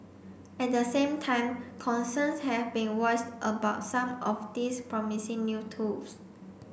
at the same time concerns have been voiced about some of these promising new tools